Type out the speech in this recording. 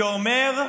שאומר,